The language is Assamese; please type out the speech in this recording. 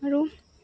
আৰু